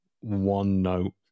one-note